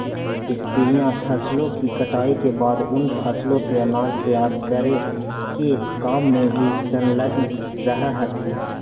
स्त्रियां फसलों की कटाई के बाद उन फसलों से अनाज तैयार करे के काम में भी संलग्न रह हथीन